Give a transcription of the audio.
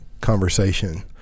conversation